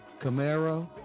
Camaro